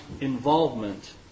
involvement